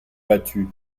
battu